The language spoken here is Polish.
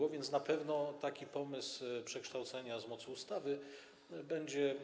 Tak więc na pewno taki pomysł przekształcania na mocy ustawy będzie